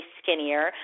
skinnier